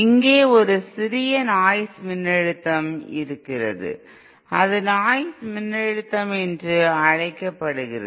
இங்கே சிறிய நாய்ஸ் மின்னழுத்தம் இருக்கிறதுஅது நாய்ஸ் மின்னழுத்தம் என்று அழைக்கப்படுகிறது